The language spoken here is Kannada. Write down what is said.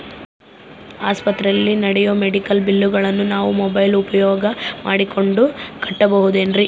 ಆಸ್ಪತ್ರೆಯಲ್ಲಿ ನೇಡೋ ಮೆಡಿಕಲ್ ಬಿಲ್ಲುಗಳನ್ನು ನಾವು ಮೋಬ್ಯೆಲ್ ಉಪಯೋಗ ಮಾಡಿಕೊಂಡು ಕಟ್ಟಬಹುದೇನ್ರಿ?